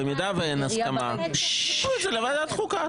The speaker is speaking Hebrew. במידה שאין הסכמה קחו את זה לוועדת חוקה,